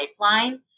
pipeline